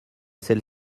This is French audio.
celle